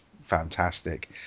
fantastic